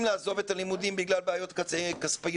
לעזוב את הלימודים בגלל בעיות כספיות.